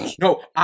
No